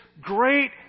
great